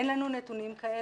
אין לנו נתונים כאלה.